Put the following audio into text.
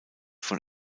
von